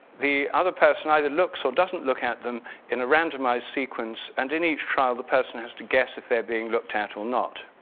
the other person either looks or doesn't look at them in a randomized sequence and in each trial the person has to guess if they are being looked at or not.